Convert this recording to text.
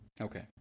Okay